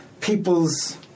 people's